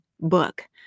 book